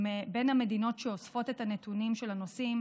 בין המדינות שאוספות את הנתונים של הנוסעים